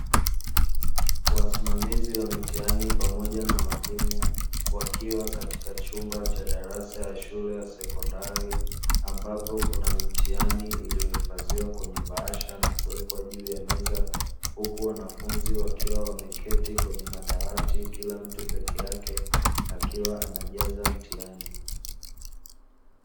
Wasimamizi wa mitihani pamoja na walimu wakiwa katika chumba cha darasa ya shule ya sekondari ambapo kuna mitihani iliyohifadhiwa kwenye bahasha na kuwekwa juu ya meza, huku wanafunzi wakiwa wameketi kwenye madawati kila mtu peke yake akiwa anajaza mtihani.